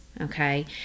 okay